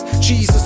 Jesus